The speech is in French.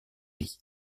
lit